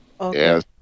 yes